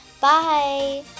bye